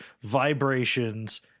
vibrations